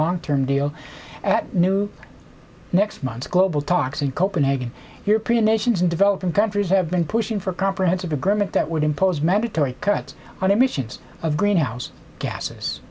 long term deal at new next month's global talks in copenhagen european nations in developing countries have been pushing for a comprehensive agreement that would impose mandatory cuts on emissions of greenhouse gases